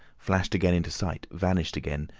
flashed again into sight, vanished again,